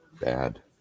Bad